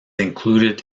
included